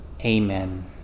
Amen